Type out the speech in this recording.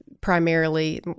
primarily